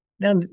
Now